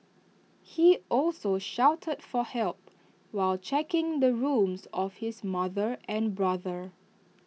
he also shouted for help while checking the rooms of his mother and brother